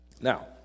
Now